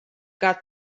got